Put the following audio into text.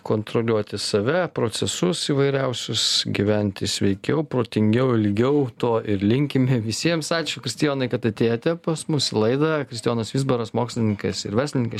kontroliuoti save procesus įvairiausius gyventi sveikiau protingiau ilgiau to ir linkime visiems ačiū kristijonai kad atėjote pas mus į laidą kristijonas vizbaras mokslininkas ir verslininkas